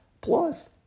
plus